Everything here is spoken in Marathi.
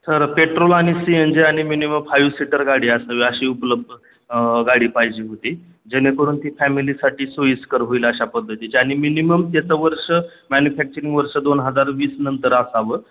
सर पेट्रोल आणि सी एन जी आणि मिनिमम फायू सीटर गाडी असावी अशी उपलब्ध गाडी पाहिजे होती जेणेकरून ती फॅमिलीसाठी सोयीस्कर होईल अशा पद्धतीच्या आणि मिनिमम त्याचं वर्ष मॅन्युफॅक्चरिंग वर्ष दोन हजार वीसनंतर असावं